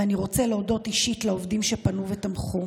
ואני רוצה להודות אישית לעובדים שפנו ותמכו.